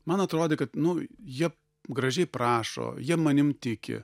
man atrodė kad nu jie gražiai prašo jie manim tiki